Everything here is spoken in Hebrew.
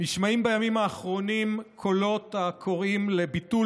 נשמעים בימים האחרונים קולות הקוראים לביטול